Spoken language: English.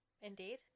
Indeed